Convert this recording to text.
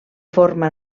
forma